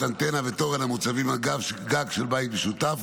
אנטנה ותורן המוצבים על גג של בית משותף,